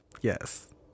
Yes